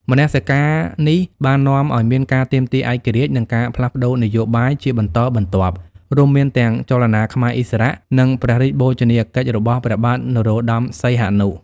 មនសិការនេះបាននាំឱ្យមានការទាមទារឯករាជ្យ និងការផ្លាស់ប្តូរនយោបាយជាបន្តបន្ទាប់ រួមមានទាំងចលនាខ្មែរឥស្សរៈ និងព្រះរាជបូជនីយកិច្ចរបស់ព្រះបាទនរោត្ដម សីហនុ។